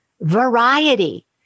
Variety